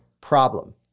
problem